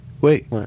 wait